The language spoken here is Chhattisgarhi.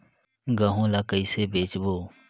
गहूं ला कइसे बेचबो?